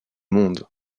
monde